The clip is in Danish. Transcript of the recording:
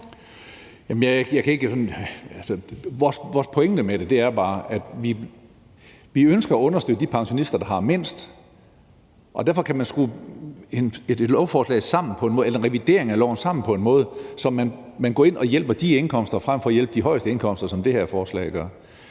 Vores pointe med det er bare, at vi ønsker at understøtte de pensionister, der har mindst. Og derfor kan man skrue en revidering af loven sammen på en måde, hvor man går ind og hjælper dem med de indkomster frem for at hjælpe dem med de højeste indkomster, som man gør